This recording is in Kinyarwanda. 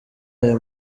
aya